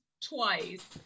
twice